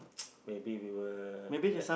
maybe we will like